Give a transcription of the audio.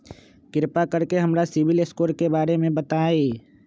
कृपा कर के हमरा सिबिल स्कोर के बारे में बताई?